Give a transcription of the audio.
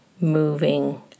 moving